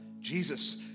Jesus